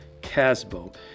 CASBO